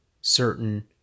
certain